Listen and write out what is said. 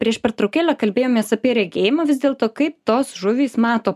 prieš pertraukėlę kalbėjomės apie regėjimą vis dėlto kaip tos žuvys mato